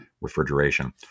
refrigeration